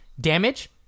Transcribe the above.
damage